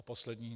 A poslední.